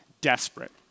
desperate